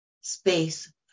space